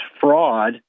fraud